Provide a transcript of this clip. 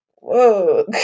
whoa